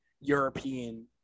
european